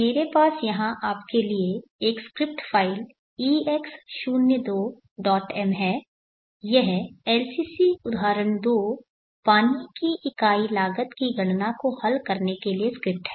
मेरे पास यहाँ आपके लिए एक स्क्रिप्ट फ़ाइल ex02mहै यह LCC उदाहरण 2 पानी की इकाई लागत की गणना को हल करने के लिए स्क्रिप्ट है